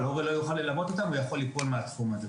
ההורה לא יוכל ללוות אותם והם יפלו מהתחום הזה.